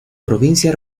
provincia